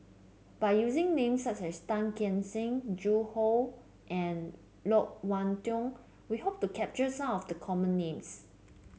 by using names such as Tan Keong Saik Zhu Hong and Loke Wan Tho we hope to capture some of the common names